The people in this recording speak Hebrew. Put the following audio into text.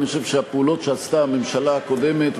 אני חושב שהפעולות שעשתה הממשלה הקודמת,